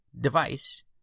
device